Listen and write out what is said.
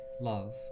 love